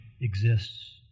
exists